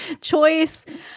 choice